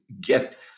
get